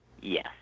Yes